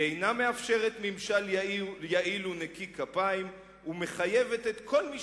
היא אינה מאפשרת ממשל יעיל ונקי כפיים ומחייבת את כל מי